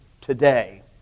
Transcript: today